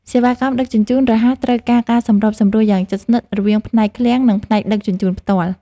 សេវាកម្មដឹកជញ្ជូនរហ័សត្រូវការការសម្របសម្រួលយ៉ាងជិតស្និទ្ធរវាងផ្នែកឃ្លាំង និងផ្នែកដឹកជញ្ជូនផ្ទាល់។